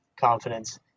confidence